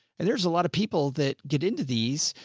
and there's a lot of people that get into these,